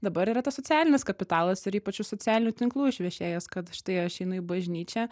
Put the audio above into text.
dabar yra tas socialinis kapitalas ir ypač iš socialinių tinklų išvešėjęs kad štai aš einu į bažnyčią